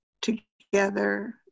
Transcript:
together